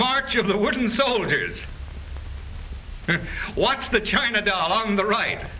march of the wooden soldiers watch the china doll on the right